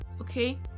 okay